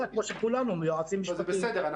היועצים המשפטיים, כמו שכולנו מחויבים לזה.